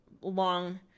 long